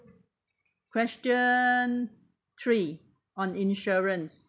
question three on insurance